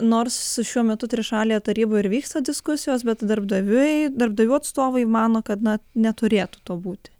nors šiuo metu trišalėje taryboj ir vyksta diskusijos bet darbdaviai darbdavių atstovai mano kad na neturėtų to būti